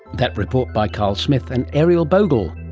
that report by carl smith and ariel bogle.